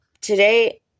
today